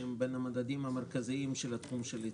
שהם בין המדדים המרכזיים של תחום ההיצע,